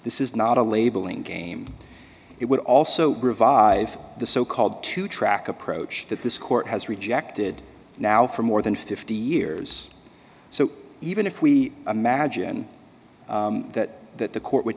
this is not a labeling game it would also revive the so called two track approach that this court has rejected now for more than fifty years so even if we imagine that that the court would